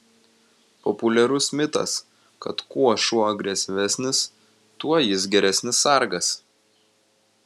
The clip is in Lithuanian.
populiarus mitas kad kuo šuo agresyvesnis tuo jis geresnis sargas